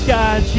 God